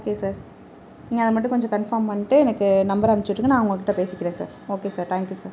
okay sir நீங்கள் அதை மட்டும் கொஞ்சம் கன்பார்ம் பண்ணிகிட்டு எனக்கு நம்பர் அமுச்சு விட்ருங்க நான் அவங்க கிட்டே பேசிக்கிறேன் sir okay sir thank you sir